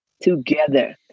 together